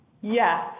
Yes